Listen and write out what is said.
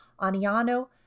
Aniano